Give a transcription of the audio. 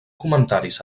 comentaris